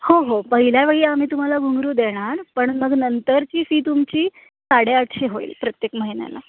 हो हो पहिल्या वेळी आम्ही तुम्हाला घुंगरू देणार पण मग नंतरची फी तुमची साडे आठशे होईल प्रत्येक महिन्याला